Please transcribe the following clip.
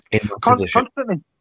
constantly